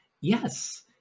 yes